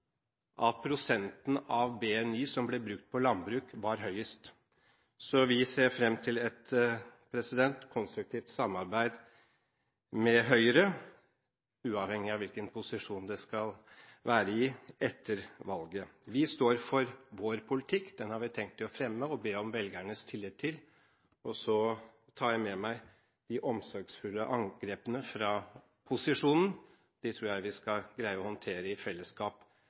at prosenten av BNI som ble brukt på landbruk, var høyest. Så vi ser fram til et konstruktivt samarbeid med Høyre, uavhengig av hvilken posisjon det skal være i etter valget. Vi står for vår politikk, og den har vi tenkt å fremme og be om velgernes tillit til. Jeg tar med meg de omsorgsfulle angrepene fra posisjonen – de tror jeg vi skal greie å håndtere i fellesskap,